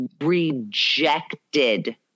rejected